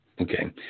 Okay